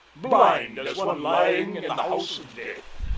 blind, as one lying in the house of death.